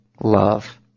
love